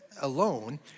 alone